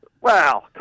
Wow